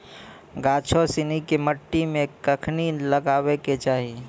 गाछो सिनी के मट्टी मे कखनी लगाबै के चाहि?